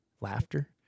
laughter